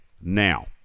Now